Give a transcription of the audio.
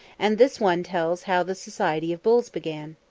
and this one tells how the society of bulls began.